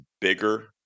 bigger